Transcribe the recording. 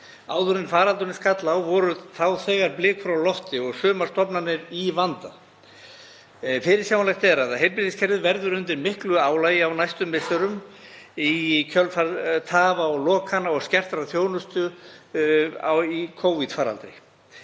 Áður en faraldurinn skall á voru þegar blikur á lofti og sumar stofnanir í vanda. Fyrirsjáanlegt er að heilbrigðiskerfið verður undir miklu álagi á næstu misserum í kjölfar tafa og lokana og skertrar þjónustu í Covid-faraldri